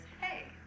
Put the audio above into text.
Hey